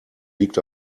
liegt